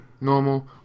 normal